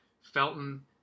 Felton